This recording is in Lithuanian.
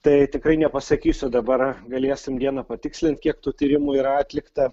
tai tikrai nepasakysiu dabar galėsim dieną patikslint kiek tų tyrimų yra atlikta